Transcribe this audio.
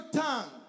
tongue